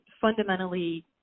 fundamentally